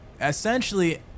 Essentially